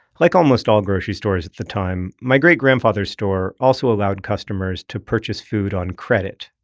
like almost all grocery stores at the time, my great grandfather's store also allowed customers to purchase food on credit,